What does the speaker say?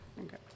okay